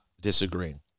disagreeing